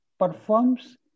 Performs